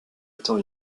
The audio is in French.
étant